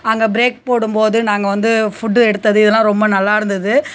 அங்கே ப்ரேக் போடும்போது நாங்கள் வந்து ஃபுட்டு எடுத்தது இதெலாம் ரொம்ப நல்லா இருந்தது